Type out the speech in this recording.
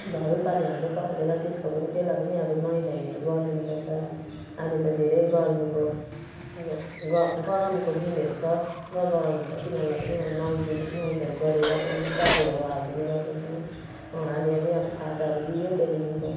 झाडु पानी हाल्दै पखालेर त्यसको पनि त्यसलाई पनि अब नुवाइ धुवाइहरू गरिदिनु पर्छ अहिले त धेरै गर्मीको अब ग गरमको दिनहरू छ पुरा गरम हुन्छ तिनीहरूलाई पनि अब नुहाइ दिँदा नुहाइ धुवाइ गरेर त्यहाँको चारोहरू हालिदिने गर्दछु अलि अलि अब खाजाहरू दियो त्यहाँदेखिको